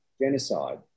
genocide